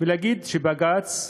ולהגיד שבג"ץ,